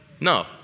no